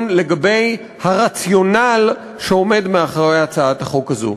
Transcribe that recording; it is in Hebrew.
לגבי הרציונל שעומד מאחורי הצעת החוק הזאת.